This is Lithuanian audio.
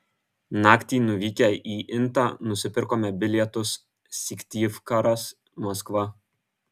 naktį nuvykę į intą nusipirkome bilietus syktyvkaras maskva